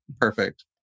perfect